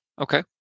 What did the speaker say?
Okay